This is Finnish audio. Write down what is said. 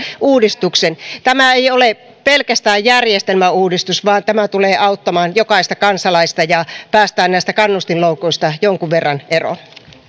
uudistuksen tämä ei ole pelkästään järjestelmäuudistus vaan tämä tulee auttamaan jokaista kansalaista ja päästään näistä kannustinloukuista jonkun verran eroon